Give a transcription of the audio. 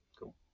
Cool